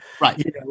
right